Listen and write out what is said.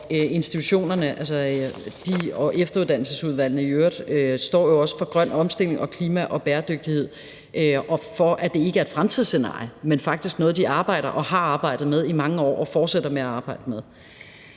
institutionerne og efteruddannelsesudvalgene i øvrigt står jo også for grøn omstilling og klima og bæredygtighed og for, at det ikke er et fremtidsscenarie, men faktisk noget, vi arbejder og har arbejdet med i mange år og fortsætter med at arbejde med.